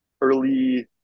Early